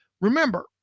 remember